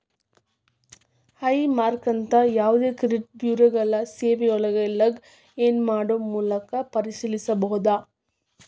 high ಮಾರ್ಕ್ನಂತ ಯಾವದೇ credit ಬ್ಯೂರೋಗಳ ಸೇವೆಯೊಳಗ ಲಾಗ್ ಇನ್ ಮಾಡೊ ಮೂಲಕ ಪರಿಶೇಲಿಸಬೋದ